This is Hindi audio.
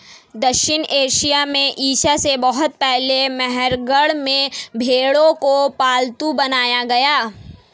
दक्षिण एशिया में ईसा से बहुत पहले मेहरगढ़ में भेंड़ों को पालतू बनाया गया